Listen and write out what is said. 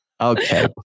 Okay